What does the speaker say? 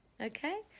okay